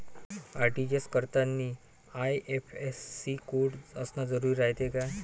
RTGS करतांनी IFSC code असन जरुरी रायते का?